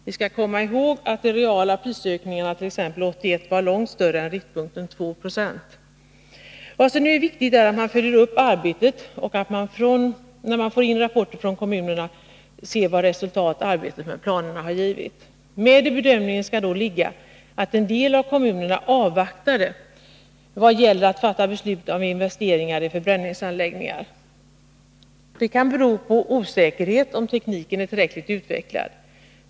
Vi skall komma ihåg att de reala prisökningarna t.ex. 1981 var långt större än riktpunkten, 2 90. Vad som nu är viktigt är att man följer upp detta arbete i och med att man får in rapporter från kommunerna om vilka resultat arbetet med planerna givit. Med i bedömningen skall då ligga att en del av kommunerna avvaktade i vad gäller att fatta beslut om investeringar i förbränningsanläggningar. Detta kan bero på osäkerhet om huruvida tekniken är tillräckligt utvecklad.